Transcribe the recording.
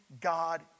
God